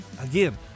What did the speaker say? again